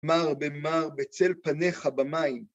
מר במר בצל פניך במים.